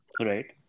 Right